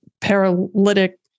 paralytic